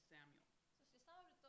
Samuel